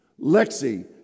Lexi